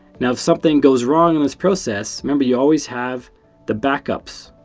now if something goes wrong in this process, remember, you always have the backups,